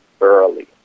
early